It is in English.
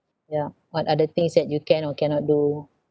yeah what are the things that you can or cannot do